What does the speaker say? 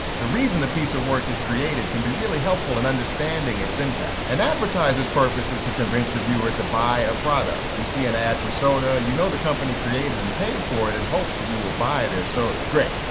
the reason a piece of work is created can be really helpful in understanding its impact. an advertisement's purpose is to convince the viewer to buy a product. you see an ad for soda, you know the company created and paid for it in hopes that you will buy their soda. great,